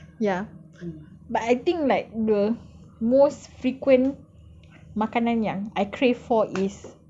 ya but I think like the most frequent makanan yang I crave for is